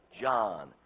John